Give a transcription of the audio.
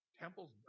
temple's